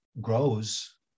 grows